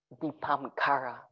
Dipamkara